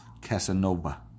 Casanova